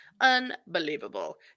Unbelievable